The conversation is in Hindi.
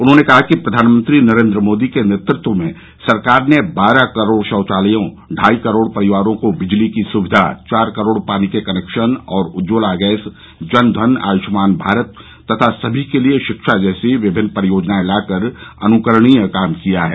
उन्होंने कहा कि प्रधानमंत्री नरेंद्र मोदी के नेतृत्व में सरकार ने बारह करोड़ शौचालयों ढाई करोड़ परिवारों को बिजली की सुविधा चार करोड़ पानी के कनेक्शन और उज्ज्वला गैस जनधन आयुष्मान भारत तथा सभी के लिए शिक्षा जैसी विभिन्न परियोजनाए लाकर अनुकरणीय काम किया है